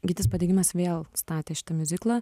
gytis padegimas vėl statė šitą miuziklą